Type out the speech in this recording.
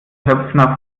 höpfner